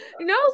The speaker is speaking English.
No